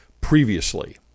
previously